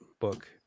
book